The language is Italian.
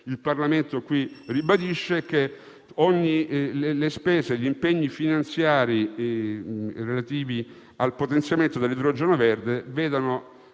il Parlamento qui ribadisce, è che gli impegni finanziari relativi al potenziamento dell'idrogeno verde vedono